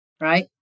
Right